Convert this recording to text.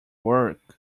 work